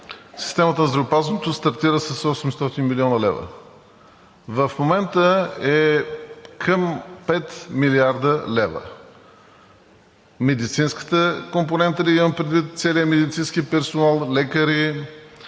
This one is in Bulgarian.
системата на здравеопазването стартира с 800 млн. лв. В момента е към 5 млрд. лв. Медицинската компонента ли, имам предвид целия медицински персонал, лекари